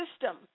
system